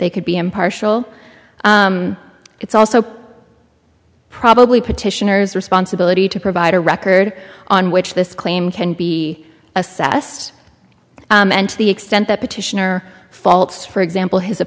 they could be impartial it's also probably petitioner's responsibility to provide a record on which this claim can be assessed and to the extent that petitioner faults for example h